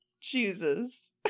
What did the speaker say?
Jesus